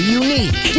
unique